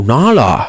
Nala